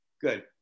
Good